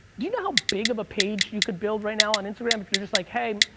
do you know how big of a page you could build right now on instagram if you're just like, hey,